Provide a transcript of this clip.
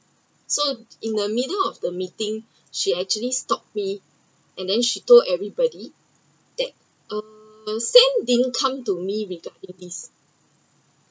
so in the middle of the meeting she actually stopped me and then she told everybody that um Sam didn’t come to me regarding this